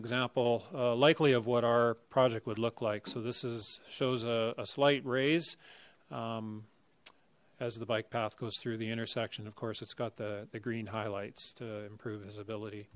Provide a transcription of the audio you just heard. example likely of what our project would look like so this is shows a slight raise as the bike path goes through the intersection of course it's got the the green highlights to improve his ability